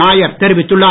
நாயர் தெரிவித்துள்ளார்